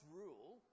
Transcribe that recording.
rule